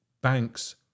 banks